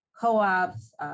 co-ops